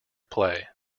play